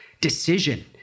decision